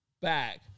back